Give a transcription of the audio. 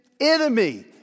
enemy